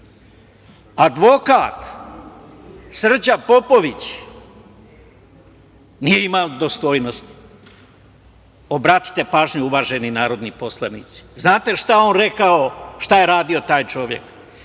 Advokat, Srđan Popović nije imao dostojnosti. Obratite pažnju, uvaženi narodni poslanici. Znate šta je on rekao, šta je radio taj čovek?